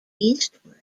eastward